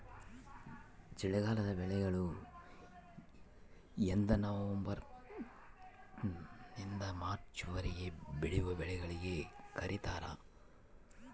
ಚಳಿಗಾಲದ ಬೆಳೆಗಳು ಎಂದನವಂಬರ್ ನಿಂದ ಮಾರ್ಚ್ ವರೆಗೆ ಬೆಳೆವ ಬೆಳೆಗಳಿಗೆ ಕರೀತಾರ